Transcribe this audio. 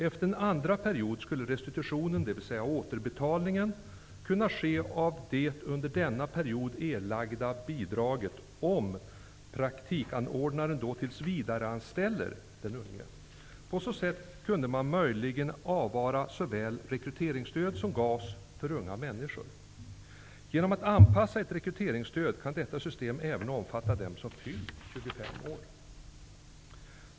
Efter en andra period skulle restitutionen, dvs. återbetalningen, kunna ske av det under denna period erlagda bidraget, om praktikanordnaren då tillsvidareanställer den unge. På så sätt kunde man möjligen avvara såväl rekryteringsstöd som GAS för unga människor. Genom att anpassa ett rekryteringsstöd kan detta system även omfatta dem som fyllt 25 år.